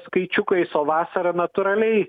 skaičiukais o vasarą natūraliai